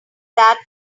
that